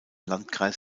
landkreis